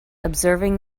observing